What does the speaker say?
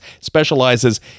specializes